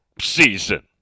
season